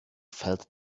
felt